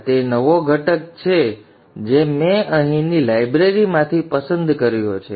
આ તે નવો ઘટક છે જે મેં અહીંની લાઇબ્રેરી માંથી પસંદ કર્યો છે